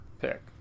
pick